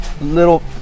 little